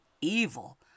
evil